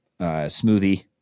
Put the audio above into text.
smoothie